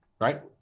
right